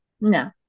no